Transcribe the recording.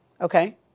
Okay